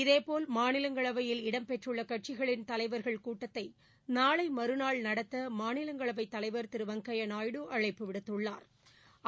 இதேபோல் மாநிலங்களவையில் இடம்பெற்றுள்ள கட்சிகளின் தலைவர்கள் கூட்டத்தை நாளை மறுநாள் நடத்த மாநிலங்களவைத் தலைவா் திரு வெங்கையா நாயுடு அழைப்பு விடுத்துள்ளாா்